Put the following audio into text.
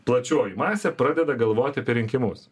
plačioji masė pradeda galvoti apie rinkimus